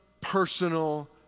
personal